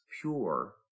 pure